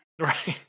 right